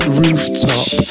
rooftop